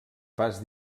pas